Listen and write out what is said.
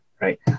right